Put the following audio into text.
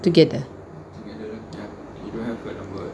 together